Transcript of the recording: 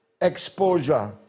exposure